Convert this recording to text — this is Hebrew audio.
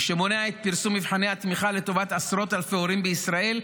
מי שמונע את פרסום מבחני התמיכה לטובת עשרות אלפי הורים בישראל,